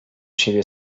siebie